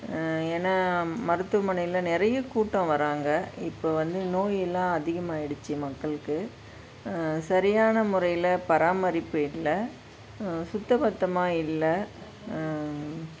ஏன்னால் மருத்துவமனையில் நிறைய கூட்டம் வராங்க இப்போ வந்து நோயெல்லாம் அதிகமாயிடுச்சு மக்களுக்கு சரியான முறையில் பராமரிப்பு இல்லை சுத்த பத்தமாக இல்லை